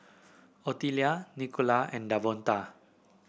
Ottilia Nicola and Davonta